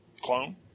clone